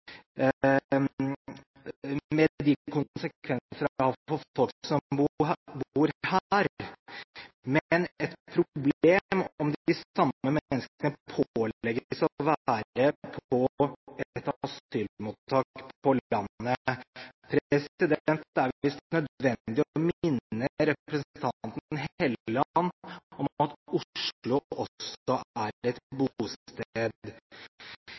med de konsekvenser det har for folk som bor her, men et problem om de samme menneskene pålegges å være på et asylmottak på landet. Det er visst nødvendig å minne representanten Helleland om at Oslo også er et bosted.